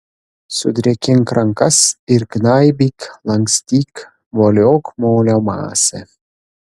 sudrėkink rankas ir gnaibyk lankstyk voliok molio masę